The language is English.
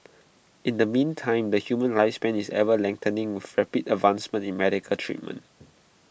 in the meantime the human lifespan is ever lengthening with rapid advancements in medical treatment